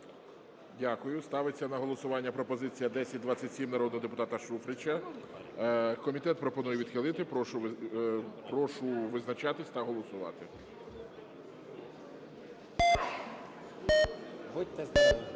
Дякую. Ставиться на голосування пропозиція 1027 народного депутата Шуфрича. Комітет пропонує відхилити. Прошу визначатись та голосувати. 13:39:06